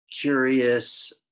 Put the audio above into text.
curious